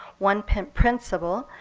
one principal,